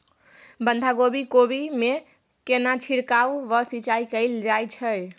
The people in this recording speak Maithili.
बंधागोभी कोबी मे केना छिरकाव व सिंचाई कैल जाय छै?